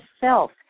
self